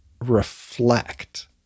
reflect